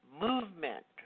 movement